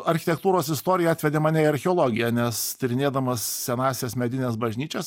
architektūros istorija atvedė mane į archeologiją nes tyrinėdamas senąsias medines bažnyčias